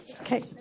Okay